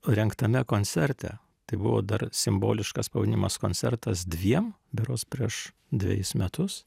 rengtame koncerte tai buvo dar simboliškas pavadinimas koncertas dviem berods prieš dvejus metus